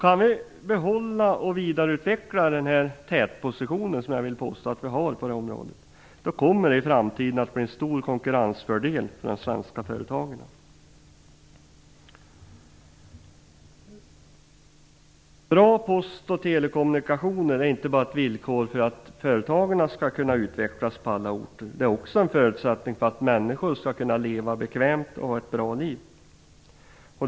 Kan vi behålla och vidareutveckla den tätposition som jag vill påstå att vi har på det här området, kommer det i framtiden att bli en stor konkurrensfördel för de svenska företagen. Bra post och telekommunikationer är inte bara ett villkor för att företagen skall kunna utvecklas på alla orter. Det är också en förutsättning för att människor skall kunna leva bekvämt och ha ett bra liv.